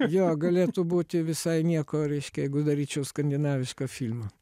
jo galėtų būti visai nieko reiškia jeigu daryčiau skandinavišką filmą